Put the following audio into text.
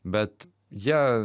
bet jie